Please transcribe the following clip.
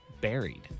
buried